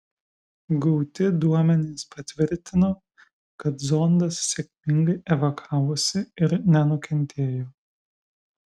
gauti duomenys patvirtino kad zondas sėkmingai evakavosi ir nenukentėjo